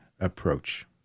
approach